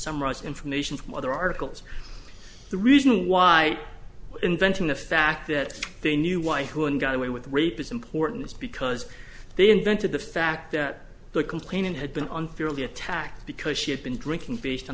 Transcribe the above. summarize information from other articles the reason why inventing the fact that they knew why one got away with rape is important is because they invented the fact that the complainant had been on fairly attacked because she had been drinking based on